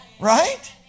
right